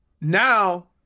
now